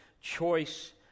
choice